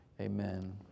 amen